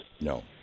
No